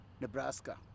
Nebraska